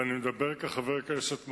ואני מדבר כחבר הכנסת מהשורה,